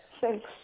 thanks